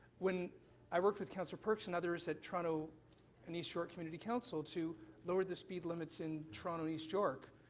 when i worked with councillor perks and others at toronto and east york community council to lower the speed limits in toronto and east york.